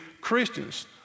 Christians